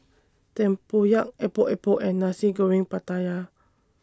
Tempoyak Epok Epok and Nasi Goreng Pattaya